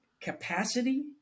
capacity